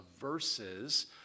verses